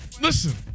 Listen